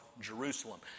Jerusalem